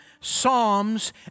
psalms